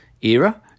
era